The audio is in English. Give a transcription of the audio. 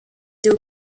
door